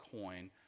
coin